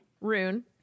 Rune